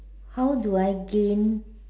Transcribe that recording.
how do I gain